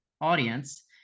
audience